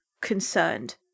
Concerned